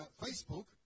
Facebook